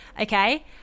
okay